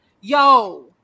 yo